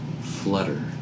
flutter